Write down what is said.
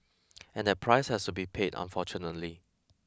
and that price has to be paid unfortunately